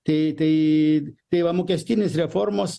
tai tai tai va mokestinės reformos